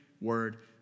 word